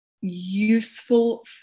useful